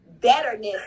betterness